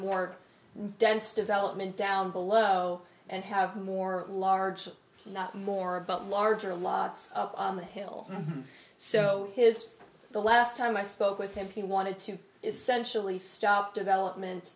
more dense development down below and have more large not more about larger lots of the hill so his the last time i spoke with him he wanted to essentially stop develop